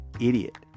idiot